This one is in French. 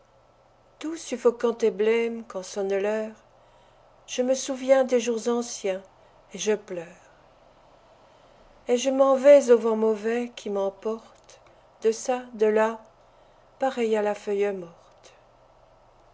tout suffocant et blême quand sonne l'heure je me souviens des jours anciens et je pleure et je m'en vais au vent mauvais qui m'emporte deçà delà pareil à la feuille morte